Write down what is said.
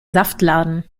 saftladen